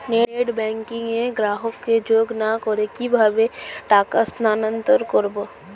Net banking এ গ্রাহককে যোগ না করে কিভাবে টাকা স্থানান্তর করব?